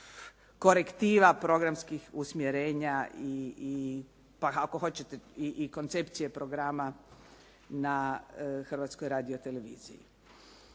korektiva programskih usmjerenja i pa ako hoćete i koncepcije programa na Hrvatskoj radioteleviziji.